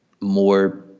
more